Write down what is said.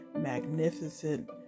magnificent